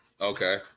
Okay